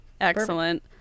Excellent